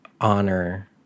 honor